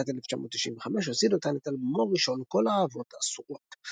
בשנת 1995 הוציא דותן את אלבומו הראשון "כל האהבות אסורות".